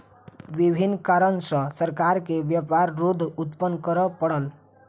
विभिन्न कारण सॅ सरकार के व्यापार रोध उत्पन्न करअ पड़ल